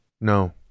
no